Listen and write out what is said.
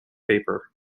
paper